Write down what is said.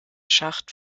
schacht